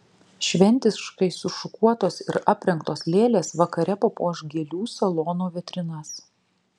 šventiškai sušukuotos ir aprengtos lėlės vakare papuoš gėlių salono vitrinas